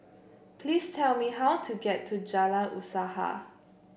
please tell me how to get to Jalan Usaha